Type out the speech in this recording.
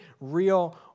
real